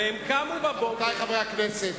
רבותי חברי הכנסת.